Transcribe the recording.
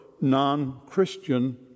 non-Christian